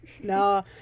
No